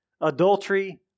Adultery